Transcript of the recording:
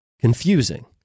confusing